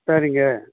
சரிங்க